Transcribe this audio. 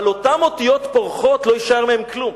אבל אותן אותיות פורחות, לא יישאר מהן כלום.